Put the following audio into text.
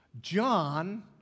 John